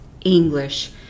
English